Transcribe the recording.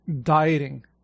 dieting